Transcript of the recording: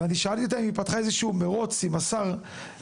ואני שאלתי אותה אם היא פתחה באיזה שהוא מרוץ עם שר החוץ,